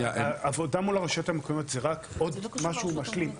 העבודה מול הרשויות המקומיות זה רק עוד משהו משלים.